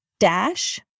dash